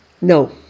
No